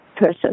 person